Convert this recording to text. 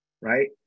right